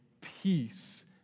peace